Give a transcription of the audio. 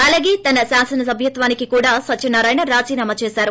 అలాగే తన శాసనసభ్యత్వానికి కూడా సత్యనారాయణ రాజీనామా చేశారు